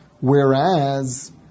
Whereas